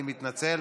אני מתנצל,